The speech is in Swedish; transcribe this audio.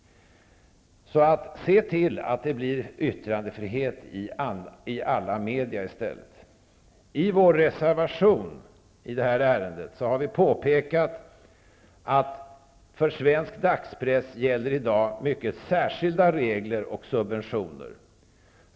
Se till att det blir yttrandefrihet i alla medier! I vår reservation till det här betänkandet påpekar vi att det för svensk dagspress i dag gäller mycket särskilda regler och subventioner.